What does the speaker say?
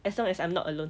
as long as I'm not alone